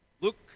Luke